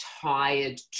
tired